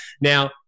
Now